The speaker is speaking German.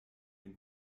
den